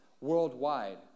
worldwide